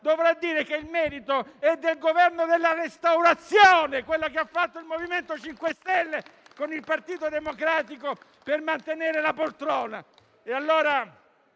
dovrà dire che il merito è del Governo della restaurazione, quella che il MoVimento 5 Stelle ha fatto con il Partito Democratico per mantenere la poltrona.